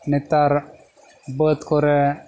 ᱱᱮᱛᱟᱨ ᱵᱟᱹᱫ ᱠᱚᱨᱮ